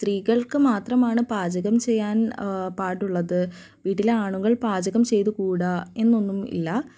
സ്ത്രീകൾക്ക് മാത്രമാണ് പാചകം ചെയ്യാൻ പാടുള്ളത് വീട്ടിലെ ആണുങ്ങൾ പാചകം ചെയ്ത് കൂടാ എന്നൊന്നും ഇല്ല